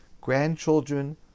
grandchildren